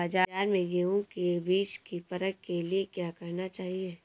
बाज़ार में गेहूँ के बीज की परख के लिए क्या करना चाहिए?